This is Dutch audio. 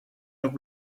ook